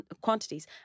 quantities